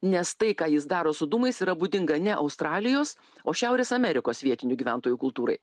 nes tai ką jis daro su dūmais yra būdinga ne australijos o šiaurės amerikos vietinių gyventojų kultūrai